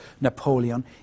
Napoleon